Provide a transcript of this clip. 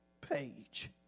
page